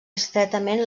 estretament